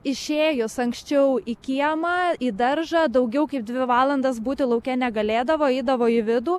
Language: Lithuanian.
išėjus anksčiau į kiemą į daržą daugiau kaip dvi valandas būti lauke negalėdavo eidavo į vidų